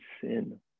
sin